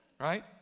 right